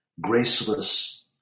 graceless